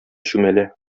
чүмәлә